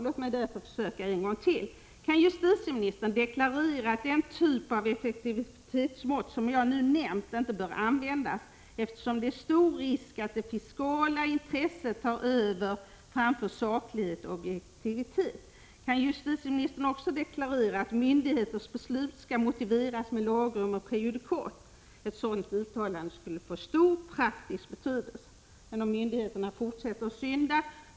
Låt mig därför försöka en gång till: Kan justitieministern deklarera att den typ av effektivitetsmått som jag nu nämnt inte bör användas, eftersom det är stor risk att det fiskala intresset tar överhanden över saklighet och objektivitet? Kan justitieministern också deklarera att myndigheters beslut skall motiveras med lagrum/prejudikat? Ett sådant uttalande skulle få stor praktisk betydelse. Men vad händer om myndigheterna fortsätter att synda?